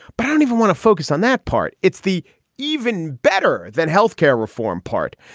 but i don't even want to focus on that part. it's the even better than health care reform part.